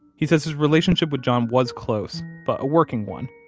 he says his relationship with john was close but a working one.